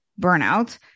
burnout